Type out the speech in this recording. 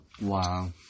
Wow